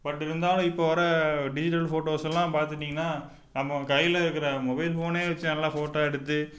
but இருந்தாலும் இப்போது வர டிஜிட்டல் ஃபோட்டோஸ் எல்லாம் பார்த்துட்டீங்கன்னா நம்ம கையில் இருக்கிற மொபைல் ஃபோனே வைச்சு நல்லா ஃபோட்டோ எடுத்து